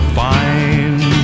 fine